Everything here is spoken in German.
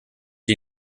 die